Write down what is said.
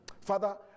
Father